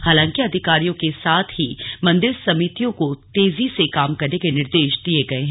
हालांकि अधिकारियों के साथ ही मंदिर समितियों को तेजी से काम करने के निर्देश दिये गए हैं